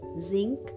zinc